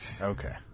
Okay